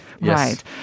Right